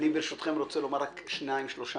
ברשותכם אני רוצה לומר רק שניים שלושה